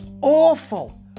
awful